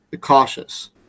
cautious